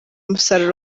umusaruro